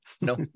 No